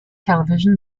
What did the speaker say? television